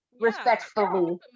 Respectfully